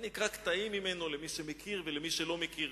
אקרא קטעים ממנו למי שמכיר ולמי שלא מכיר.